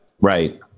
Right